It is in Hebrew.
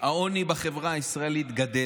העוני בחברה הישראלית גדל,